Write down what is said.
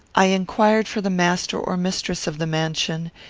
i inquired for the master or mistress of the mansion,